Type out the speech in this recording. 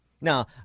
Now